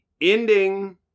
ending